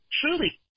truly